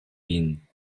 ihn